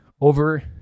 over